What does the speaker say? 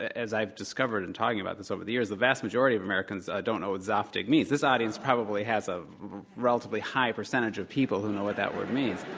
as i have discovered in talking about this over the years, the vast majority of americans don't know what zaftig means. this audience probably has a relatively high percentage of people who know what that word means.